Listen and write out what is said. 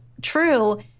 true